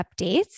updates